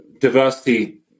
diversity